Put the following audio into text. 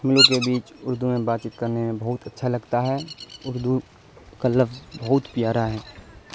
ہم لوگ کے بیچ اردو میں بات چیت کرنے میں بہت اچھا لگتا ہے اردو کا لفظ بہت پیارا ہے